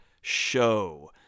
show